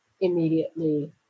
immediately